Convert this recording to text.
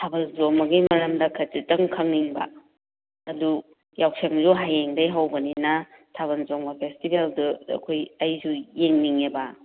ꯊꯥꯕꯜ ꯆꯣꯡꯕꯒꯤ ꯃꯔꯝꯗ ꯈꯖꯤꯛꯇꯪ ꯈꯪꯅꯤꯡꯕ ꯑꯗꯨ ꯌꯥꯎꯁꯪꯁꯨ ꯍꯌꯦꯡꯗꯩ ꯍꯧꯕꯅꯤꯅ ꯊꯥꯕꯜ ꯆꯣꯡꯕ ꯐꯦꯁꯇꯤꯚꯦꯜꯗꯨꯗ ꯑꯩꯈꯣꯏ ꯑꯩꯁꯨ ꯌꯦꯡꯅꯤꯉꯦꯕ